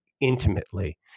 intimately